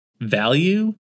value